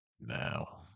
now